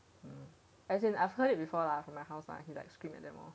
mm as in I've heard it before lah from my house lah like he like scream at them lor